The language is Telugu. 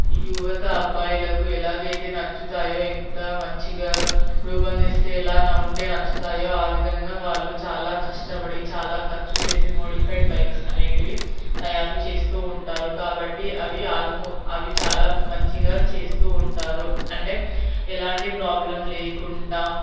యువత అబ్బాయిలకు ఎలాగైతే నచ్చుతాయో ఎంత మంచిగా రూపొందిస్తే ఇలాగ ఉంటే నచ్చుతాయో ఆ విధంగా వాళ్ళు చాలా కష్టపడి చాలా ఖర్చు చేసి మోడిఫైడ్ బైక్స్ అనేవి తయారు చేస్తూ ఉంటారు కాబట్టి అవి ఆల్మో అవి చాలా మంచిగా చేస్తూ ఉంటారు అంటే ఎలాంటి ప్రాబ్లెమ్ లేకుండా